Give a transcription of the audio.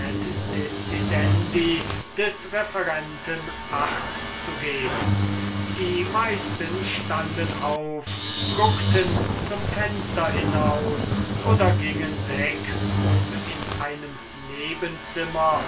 des referenten acht zu geben die meisten stunden auf guckten zum fenster hinaus oder gingen weg um in einem nebenzimmer